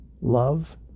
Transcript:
love